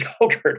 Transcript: yogurt